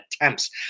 attempts